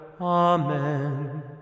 Amen